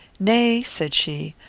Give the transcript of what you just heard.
nay, said she,